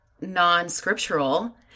non-scriptural